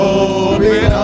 open